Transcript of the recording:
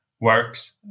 works